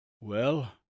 Well